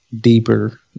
deeper